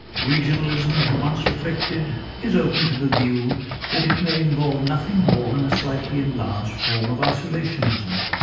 regionalism, he once reflected is open to the view that it may involve nothing more than a slightly enlarged form of isolationism,